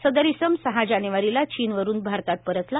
सदर इसम सहा जानेवारीला चीनवरून भारतात परतला